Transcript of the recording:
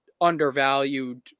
undervalued